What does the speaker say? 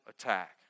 attack